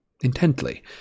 intently